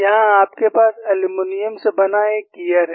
यहां आपके पास एल्यूमीनियम से बना एक गियर है